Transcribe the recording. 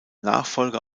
nachfolger